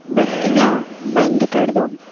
बत्तियाँ बंद कर दो